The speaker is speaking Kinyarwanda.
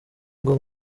ngo